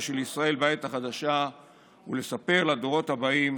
של ישראל בעת החדשה ולספר לדורות הבאים